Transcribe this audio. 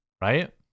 right